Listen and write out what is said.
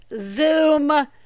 zoom